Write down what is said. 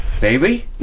Baby